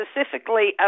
specifically